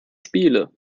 spiele